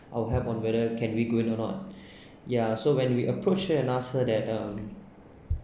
our help on whether can we go in or not ya so when we approached her and ask her that um